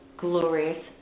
glorious